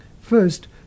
First